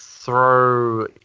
Throw